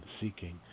seeking